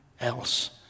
else